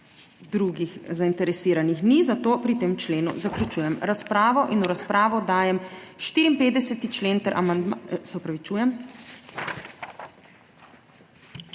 Drugih zainteresiranih ni, zato pri tem členu zaključujem razpravo. V razpravo dajem 64. člen ter amandma